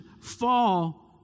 fall